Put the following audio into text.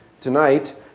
tonight